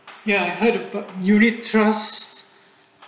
ya head per unit trust